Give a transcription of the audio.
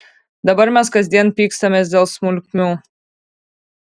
dabar mes kasdien pykstamės dėl smulkmių